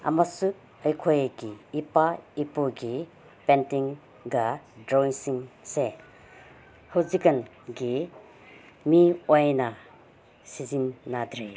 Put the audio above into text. ꯑꯃꯁꯨꯡ ꯑꯩꯈꯣꯏꯒꯤ ꯏꯄꯥ ꯏꯄꯨꯒꯤ ꯄꯦꯟꯇꯤꯡꯒ ꯗ꯭ꯔꯣꯋꯤꯡꯁꯤꯡꯁꯦ ꯍꯧꯖꯤꯛꯀꯥꯟꯒꯤ ꯃꯤꯑꯣꯏꯅ ꯁꯤꯖꯤꯟꯅꯗ꯭ꯔꯦ